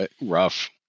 rough